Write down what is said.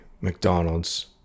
mcdonald's